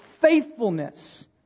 faithfulness